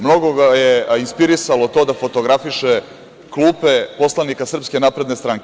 Mnogo ga je inspirisalo to da fotografiše klupe poslanika Srpske napredne stranke.